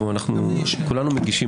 כולנו מגישים